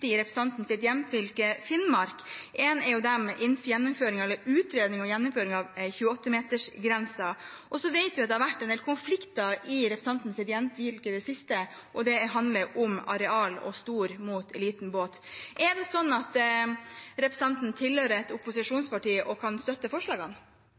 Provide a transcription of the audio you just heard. hjemfylke, Finnmark. Det ene er det med utredning av gjeninnføring av 28-metersgrensen. Så vet vi at det har vært en del konflikter i representantens hjemfylke i det siste, og det handler om areal og stor mot liten båt. Er det sånn at representanten tilhører et